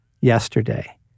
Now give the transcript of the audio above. yesterday